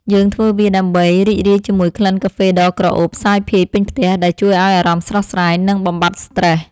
យើងធ្វើវាដើម្បីរីករាយជាមួយក្លិនកាហ្វេដ៏ក្រអូបសាយភាយពេញផ្ទះ ដែលជួយឱ្យអារម្មណ៍ស្រស់ស្រាយ និងបំបាត់ស្រ្តេស។